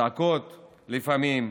צעקות לפעמים,